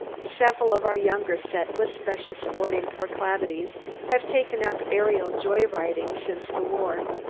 several of our younger set with special sporting proclivities have taken up aerial joy-riding since the war,